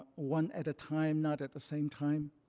one at a time, not at the same time,